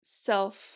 self